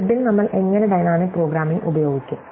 ഗ്രിഡിൽ നമ്മൾ എങ്ങനെ ഡൈനാമിക് പ്രോഗ്രാമിംഗ് ഉപയോഗിക്കും